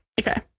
Okay